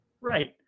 Right